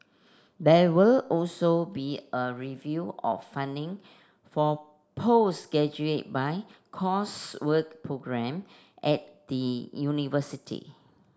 there will also be a review of funding for postgraduate by coursework programme at the university